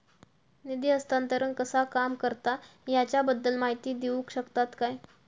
निधी हस्तांतरण कसा काम करता ह्याच्या बद्दल माहिती दिउक शकतात काय?